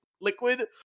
liquid